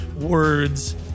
words